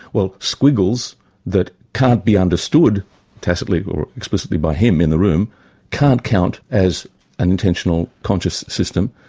well, squiggles that can't be understood tacitly or explicitly by him in the room can't count as an intentional conscious system,